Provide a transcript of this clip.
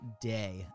day